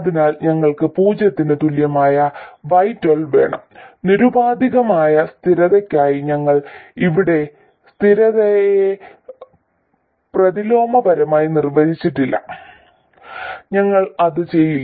അതിനാൽ ഞങ്ങൾക്ക് പൂജ്യത്തിന് തുല്യമായ y12 വേണം നിരുപാധികമായ സ്ഥിരതയ്ക്കായി ഞങ്ങൾ ഇവിടെ സ്ഥിരതയെ പ്രതിലോമപരമായി നിർവചിച്ചിട്ടില്ല ഞങ്ങൾ അത് ചെയ്യില്ല